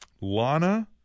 Lana